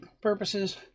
purposes